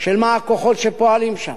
של מה הכוחות שפועלים שם,